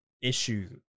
issue